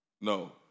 no